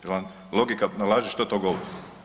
Jel vam logika nalaže što to govori?